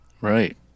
right